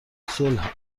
صلح